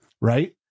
right